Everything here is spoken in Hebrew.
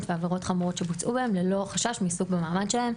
ועבירות חמורות שבוצעו בהן ללא חשש מעיסוק במעמד שלהן,